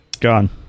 Gone